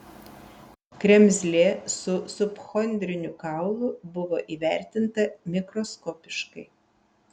kremzlė su subchondriniu kaulu buvo įvertinta mikroskopiškai